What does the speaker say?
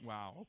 Wow